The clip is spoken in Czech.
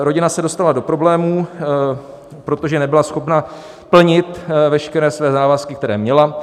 Rodina se dostala do problémů, protože nebyla schopna plnit veškeré své závazky, které měla.